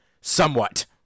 somewhat